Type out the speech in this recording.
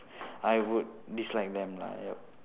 I would dislike them lah yup